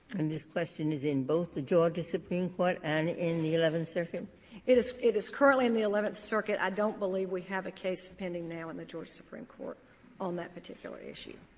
and this question is in both the georgia supreme court and in the eleventh circuit? burton it is it is currently in the eleventh circuit. i don't believe we have a case pending now in the georgia supreme court on that particular issue.